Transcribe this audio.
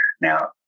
Now